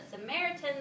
Samaritans